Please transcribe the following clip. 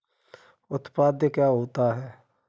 उत्पाद क्या होता है?